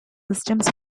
systems